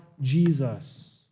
Jesus